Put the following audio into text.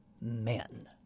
men